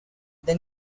then